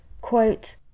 quote